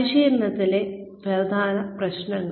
പരിശീലനത്തിലെ പ്രധാന പ്രശ്നങ്ങൾ